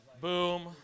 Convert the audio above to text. Boom